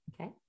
Okay